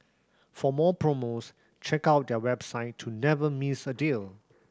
for more promos check out their website to never miss a deal